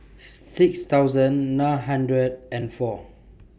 six thousand nine hundred and four